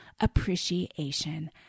appreciation